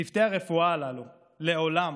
צוותי הרפואה הללו לעולם